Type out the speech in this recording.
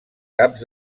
caps